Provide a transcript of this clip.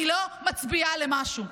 אני לא מצביעה למשהו.